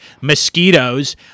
mosquitoes